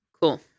Cool